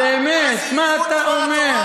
באמת, מה אתה אומר?